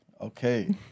Okay